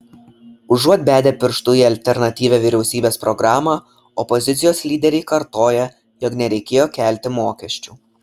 užuot bedę pirštu į alternatyvią vyriausybės programą opozicijos lyderiai kartoja jog nereikėjo kelti mokesčių